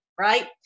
Right